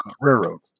railroad